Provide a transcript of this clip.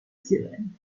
zealand